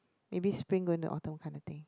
maybe Spring going to Autumn kind of thing